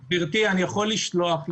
גברתי, אני יכול לשלוח לך.